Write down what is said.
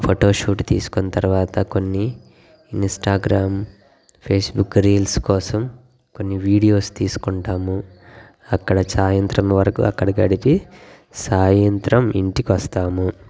photoshoot తీసుకున్న తర్వాత కొన్ని ఇంస్టాగ్రామ్ ఫేస్బుక్ రీల్స్ కోసం కొన్ని వీడియోస్ తీసుకుంటాము అక్కడ సాయంత్రం వరకు అక్కడ గడిపి సాయంత్రం ఇంటికి వస్తాము